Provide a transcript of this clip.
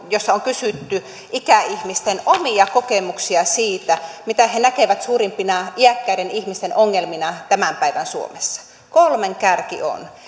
jossa on kysytty ikäihmisten omia kokemuksia siitä mitä he näkevät suurimpina iäkkäiden ihmisten ongelmina tämän päivän suomessa kolmen kärki on